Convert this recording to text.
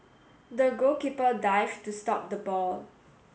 the goalkeeper dived to stop the ball